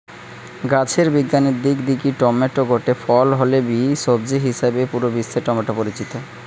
গাছের বিজ্ঞানের দিক দিকি টমেটো গটে ফল হলে বি, সবজি হিসাবেই পুরা বিশ্বে টমেটো পরিচিত